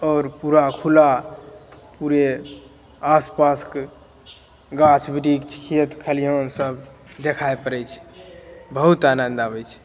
आओर पुरा खुला पुरे आस पासके गाछ वृक्ष खेत खलिहान सब देखाए पड़ैत छै बहुत आनंद आबैत छै